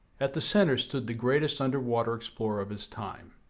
at the center stood the greatest underwater explorer of his time.